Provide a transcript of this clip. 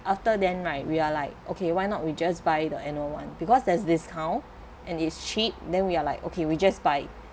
after then like we are like okay why not we just buy the annual one because there's discount and it's cheap then we are like okay we just buy